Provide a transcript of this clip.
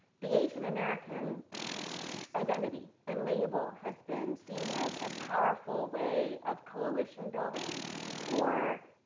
the asian american's identity and label has been seen as a powerful way of coalition building for